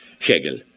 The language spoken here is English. Hegel